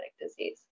disease